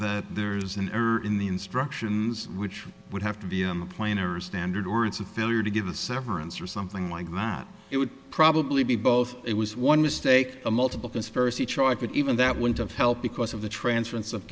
that there's an error in the instructions which would have to be a my plan or a standard or it's a failure to give a severance or something like that it would probably be both it was one mistake a multiple conspiracy charge but even that wouldn't have helped because of the transference of